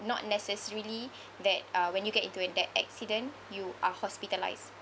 not necessarily that uh when you get into an that accident you are hospitalized